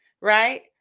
right